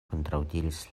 kontraŭdiris